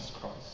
Christ